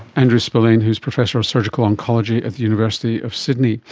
andrew spillane who is professor of surgical oncology at the university of sydney.